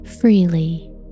freely